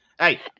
Hey